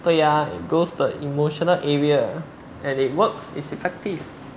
对呀 goes the emotional area and it works is effective